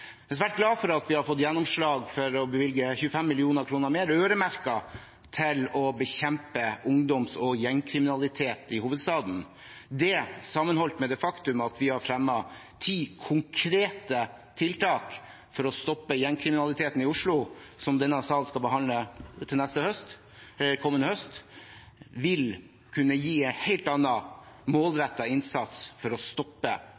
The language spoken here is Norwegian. er svært glad for at vi har fått gjennomslag for å bevilge 25 mill. kr mer øremerket til å bekjempe ungdoms- og gjengkriminalitet i hovedstaden. Det, sammenholdt med det faktum at vi har fremmet ti konkrete tiltak for å stoppe gjengkriminaliteten i Oslo, som denne salen skal behandle kommende høst, vil kunne gi en helt annet målrettet innsats for å stoppe